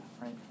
right